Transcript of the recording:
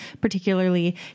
particularly